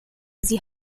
sie